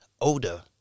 odor